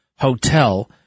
hotel